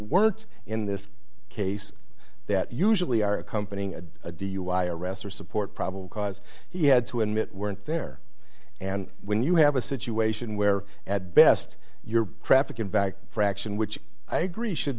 weren't in this case that usually are accompanying a dui arrest or support probable cause he had to admit weren't there and when you have a situation where at best your traffic and back fraction which i agree should